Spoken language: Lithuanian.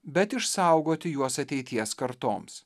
bet išsaugoti juos ateities kartoms